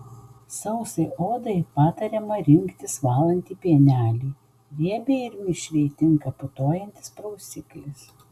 sausai odai patariama rinktis valantį pienelį riebiai ir mišriai tinka putojantis prausiklis